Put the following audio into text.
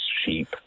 sheep